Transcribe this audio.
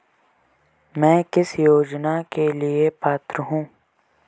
मैं किस योजना के लिए पात्र हूँ?